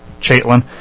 Chaitlin